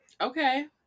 okay